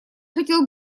хотел